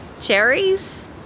cherries